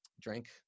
drank